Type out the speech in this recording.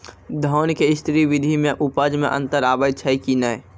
धान के स्री विधि मे उपज मे अन्तर आबै छै कि नैय?